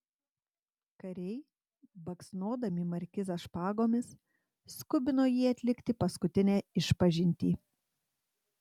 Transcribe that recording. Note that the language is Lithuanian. kariai baksnodami markizą špagomis skubino jį atlikti paskutinę išpažintį